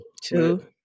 Two